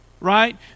right